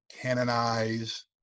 canonize